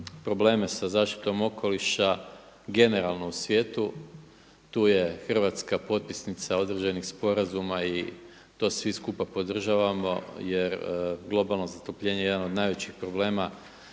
sa zaštitom okoliša generalno u svijetu. Tu je Hrvatska potpisnica određenih sporazuma i to svi skupa podržavamo jer globalno zatopljenje je jedan od najvećih probleme.